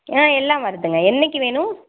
ஆ எல்லாம் வருதுங்க என்றைக்கி வேணும்